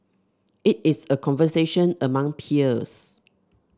it is a conversation among peers